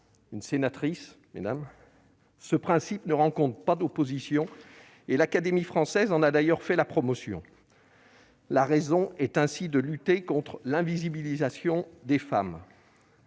une sénatrice ». Ce principe ne rencontre pas d'opposition, et l'Académie française en a d'ailleurs fait la promotion. Il s'agit de lutter contre l'invisibilisation des femmes.